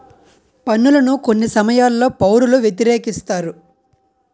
పన్నులను కొన్ని సమయాల్లో పౌరులు వ్యతిరేకిస్తారు